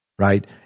Right